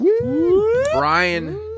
Brian